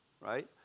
right